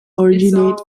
originate